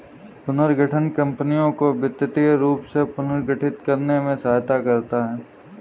पुनर्गठन कंपनियों को वित्तीय रूप से पुनर्गठित करने में सहायता करता हैं